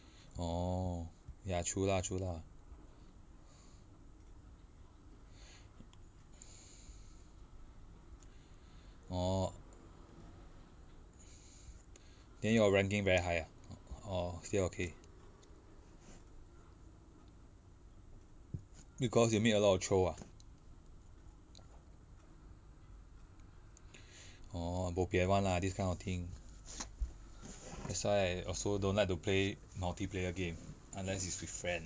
orh ya true lah true lah orh then your ranking very high ah or still okay because you meet a lot of troll ah orh bo pian [one] lah this kind of thing that's why also don't like to play multiplayer game unless it's with friend